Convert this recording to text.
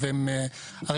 הרי,